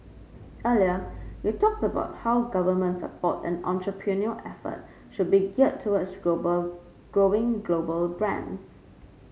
earlier you talked about how government support and entrepreneurial effort should be geared towards global growing global brands